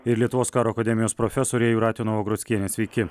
ir lietuvos karo akademijos profesorė jūratė novagrockienė sveiki